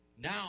now